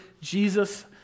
Jesus